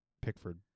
Pickford